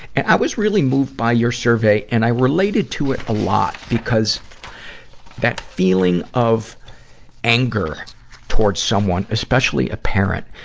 and i was really moved by your survey, and i related to it a lot because that feeling of anger towards someone, especially a parent,